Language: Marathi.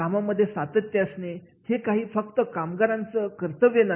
कामामध्ये सातत्य असणे हे काही फक्त कामगारांचं कर्तव्य नाही